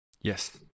Yes